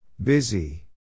Busy